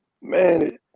Man